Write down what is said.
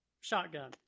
shotgun